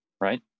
Right